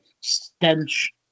stench